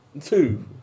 two